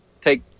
take